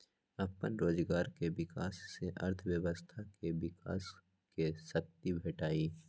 अप्पन रोजगार के विकास से अर्थव्यवस्था के विकास के शक्ती भेटहइ